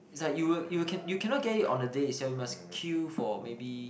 is like you'll you can you cannot get it on the day yourself you must queue for maybe